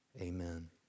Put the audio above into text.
Amen